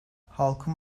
halkın